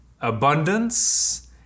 abundance